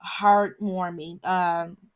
heartwarming